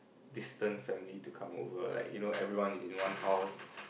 distant family to come over like you know everyone is in one house